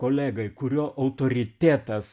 kolegai kurio autoritetas